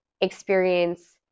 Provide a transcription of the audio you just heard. experience